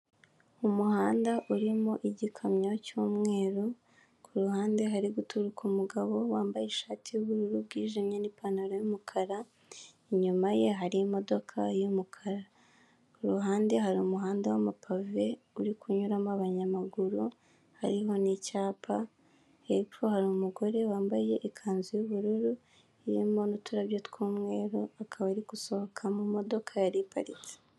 Umuhanda urimo igikamyo cy'umweru ku ruhande hari guturika umugabo wambaye ishati y'ubururu bwijimye n'ipantaro yumukara, inyuma ye hari imodoka y'umukara, ku ruhande hari umuhanda w'amapave uri kunyuramo abanyamaguru, hariho ni'icyapa, hepfo hari umugore wambaye ikanzu y'ubururu irimo n'uturabyo twumweru akaba ari gusohoka mu modoka yari iparitse.